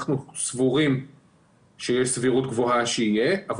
אנחנו סבורים שיש סבירות גבוהה שאכן יהיה אבל